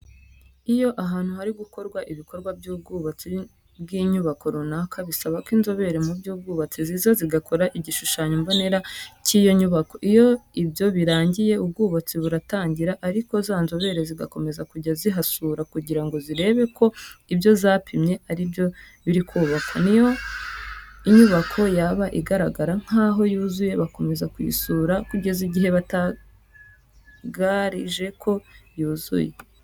Iyo ahantu harigukorwa ibikorwa by'ubwubatsi bw'inyubako runaka, bisabako inzobere muby'ubwubatsi ziza zigakora igishushanyo mbonera cy'iyo nyubako. Iyo ibyo birangiye, ubwubatsi buratangira ariko zanzobere zigakomeza kujya zihasura kugirango zirebe ko ibyo zapimye aribyo birikubakwa. Niyo inyubako yaba igaragara nkaho yuzuye, bakomeza kuyisura kugeza igihe batangarije ko yuzuye.